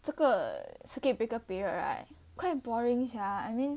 这个 circuit breaker period right quite boring sia I mean